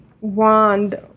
wand